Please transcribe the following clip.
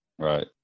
Right